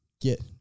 get